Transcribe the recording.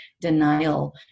denial